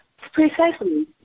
Precisely